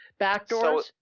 backdoors